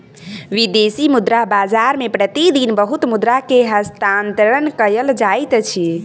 विदेशी मुद्रा बाजार मे प्रति दिन बहुत मुद्रा के हस्तांतरण कयल जाइत अछि